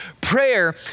Prayer